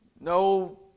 No